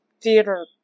theater